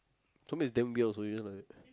to me is damn weird also you know like